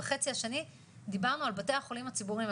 בחצי השני דיברנו על בתי החולים הציבוריים,